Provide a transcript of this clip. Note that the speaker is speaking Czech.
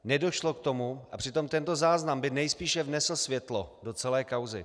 Nedošlo k tomu, a přitom tento záznam by nejspíše vnesl světlo do celé kauzy.